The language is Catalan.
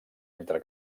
entre